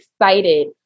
excited